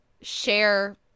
share